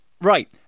right